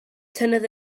tynnodd